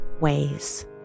ways